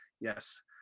Yes